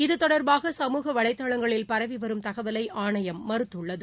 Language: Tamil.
இது தொடர்பாக சமூக வலைதளங்களில் பரவிவரும் தகவலை ஆணையம் மறுத்துள்ளது